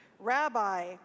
rabbi